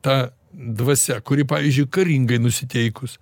ta dvasia kuri pavyzdžiui karingai nusiteikus